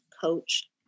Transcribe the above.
coach